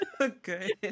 Okay